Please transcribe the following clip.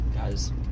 Guys